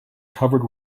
covered